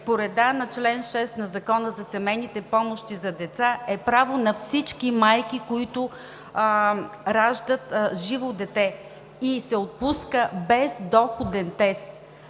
по реда на чл. 6 на Закона за семейните помощи за деца е право на всички майки, които раждат живо дете, и се отпуска без доходен тест.